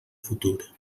futur